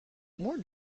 more